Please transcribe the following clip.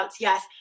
yes